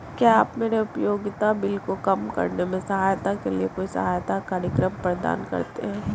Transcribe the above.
क्या आप मेरे उपयोगिता बिल को कम करने में सहायता के लिए कोई सहायता कार्यक्रम प्रदान करते हैं?